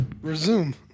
Resume